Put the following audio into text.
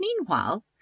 Meanwhile